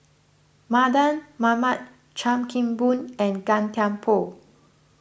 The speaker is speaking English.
Mardan Mamat Chan Kim Boon and Gan Thiam Poh